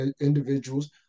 individuals